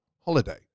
holiday